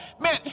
Man